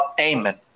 Amen